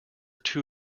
too